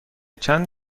چند